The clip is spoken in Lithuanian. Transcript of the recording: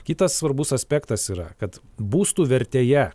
kitas svarbus aspektas yra kad būstų vertėje